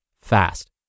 fast